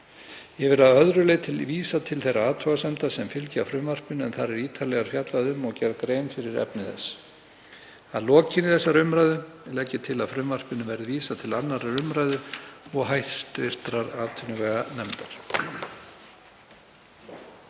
Ég vil að öðru leyti vísa til þeirra athugasemda sem fylgja frumvarpinu en þar er ítarlega fjallað um og gerð grein fyrir efni þess. Að lokinni þessari umræðu legg ég til að frumvarpinu verði vísað til 2. umr. og hv. atvinnuveganefndar.